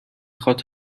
خواد